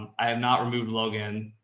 i have not removed logan.